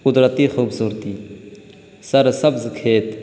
قدرتی خوبصورتی سر سبز کھیت